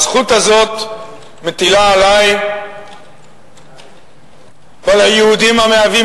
הזכות הזאת מטילה עלי ועל היהודים המהווים